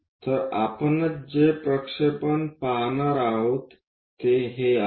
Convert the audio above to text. तर आपण जे प्रक्षेपण पाहणार आहोत ते हे आहे